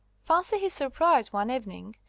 fancy his surprise one evening,